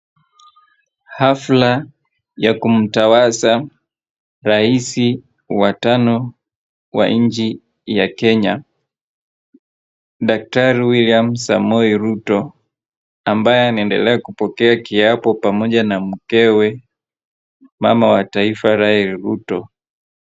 Hafla ya kumtawaza rais wa tano wa nchi ya Kenya daktari Wiliam Samoei Ruto ambaye anaendelea kupokea kiapo pamoja na mkewe mama wa taifa Rachel Ruto.